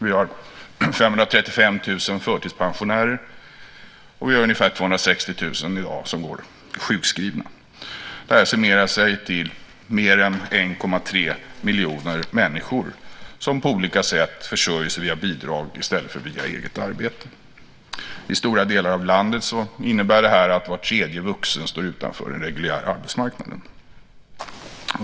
Vi har 535 000 förtidspensionärer, och vi har ungefär 260 000 som i dag går sjukskrivna. Det summerar sig till mer än 1,3 miljoner människor som på olika sätt försörjer sig via bidrag i stället för via eget arbete. I stora delar landet innebär det att var tredje vuxen står utanför den reguljära arbetsmarknaden.